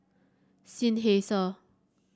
Seinheiser